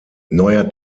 neuer